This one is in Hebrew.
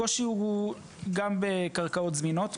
הקושי הוא גם בקרקעות זמינות,